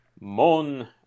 Mon